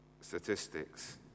statistics